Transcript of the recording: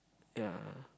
yeah